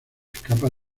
escapa